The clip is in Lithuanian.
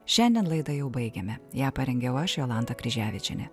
šiandien laidą jau baigėme ją parengiau aš jolanta kryževičienė